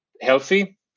healthy